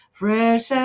fresh